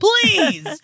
Please